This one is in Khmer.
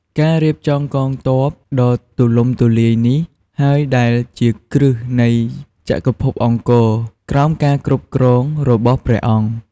ការរៀបចំកងទ័ពដ៏ទូលំទូលាយនេះហើយដែលជាគ្រឹះនៃចក្រភពអង្គរក្រោមការគ្រប់គ្រងរបស់ព្រះអង្គ។